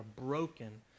broken